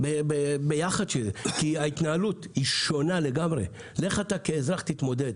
כי ההתנהלות היא שונה לגמרי ואיך אתה כאזרח תתמודד